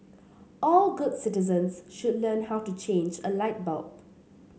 all good citizens should learn how to change a light bulb